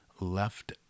left